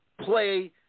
play